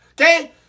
okay